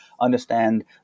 understand